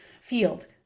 field